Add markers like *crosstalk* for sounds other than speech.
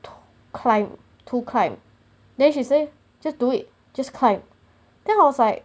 *noise* climb two climb then she say just do it just climb then I was like